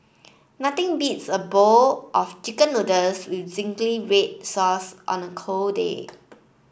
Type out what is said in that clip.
nothing beats a bowl of chicken noodles with zingy red sauce on a cold day